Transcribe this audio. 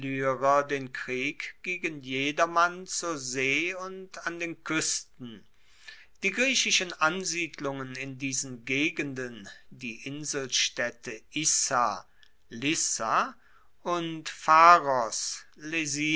illyrier den krieg gegen jedermann zur see und an den kuesten die griechischen ansiedlungen in diesen gegenden die inselstaedte issa lissa und